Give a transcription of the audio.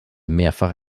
mehrfach